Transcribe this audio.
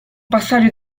passaggio